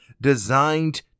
designed